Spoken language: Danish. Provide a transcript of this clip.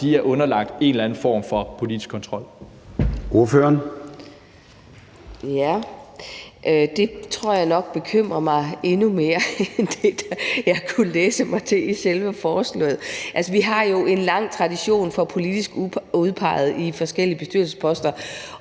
Ordføreren. Kl. 20:30 Charlotte Broman Mølbæk (SF): Det tror jeg nok bekymrer mig endnu mere end det, jeg kunne læse mig til i selve forslaget. Altså, vi har jo en lang tradition for politisk udpegede på forskellige bestyrelsesposter,